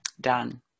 done